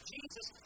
Jesus